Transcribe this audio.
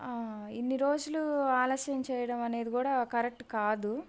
ఇన్ని రోజులు ఆలస్యం చెయ్యడం అనేది కూడా కరెక్ట్ కాదు